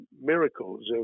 miracles